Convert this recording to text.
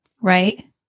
Right